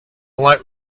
light